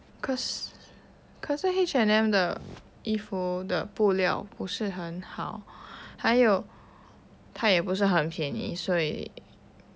可是可是 H&M 的衣服的布料不是很好还有它也不是很便宜所以